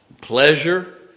pleasure